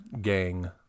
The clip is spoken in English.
gang